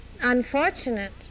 unfortunate